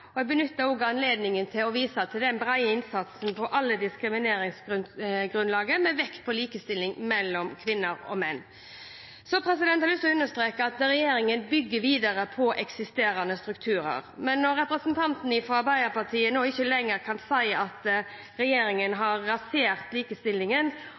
og mangfold i alle sektorene. Jeg benyttet også anledningen til å vise til den brede innsatsen på alle diskrimineringsgrunnlag, med vekt på likestilling mellom kvinner og menn. Jeg har lyst til å understreke at regjeringen bygger videre på eksisterende strukturer. Men når representanten fra Arbeiderpartiet nå ikke lenger kan si at regjeringen